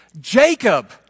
Jacob